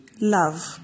love